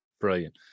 Brilliant